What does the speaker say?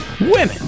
women